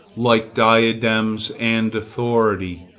like diadems and authority,